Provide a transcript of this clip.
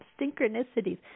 synchronicities